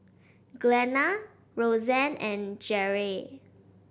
Glenna Rosanne and Jere